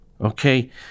okay